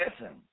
listen